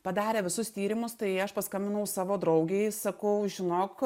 padarė visus tyrimus tai aš paskambinau savo draugei sakau žinok